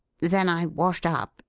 then i washed up,